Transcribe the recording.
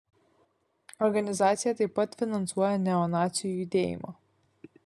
organizacija taip pat finansuoja neonacių judėjimą